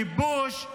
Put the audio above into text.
כיבוש,